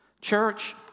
Church